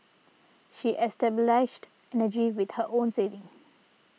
she established energy with her own savings